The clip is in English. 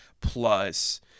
plus